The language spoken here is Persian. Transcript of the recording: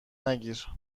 نگیر